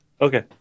Okay